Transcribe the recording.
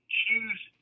choose